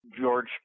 George